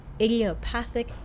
idiopathic